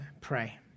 pray